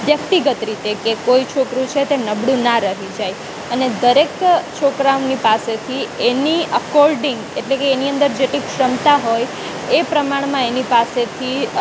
વ્યક્તિગત રીતે કે કોઈ છોકરું છે તે નબળું ન રહી જાય અને દરેક છોકરાઓની પાસેથી એની અકોડિંગ એટલે કે એની અંદર જેટલી ક્ષમતા હોય એ પ્રમાણમાં એની પાસેથી